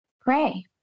pray